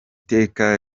teka